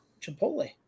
Chipotle